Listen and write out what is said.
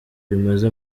rimaze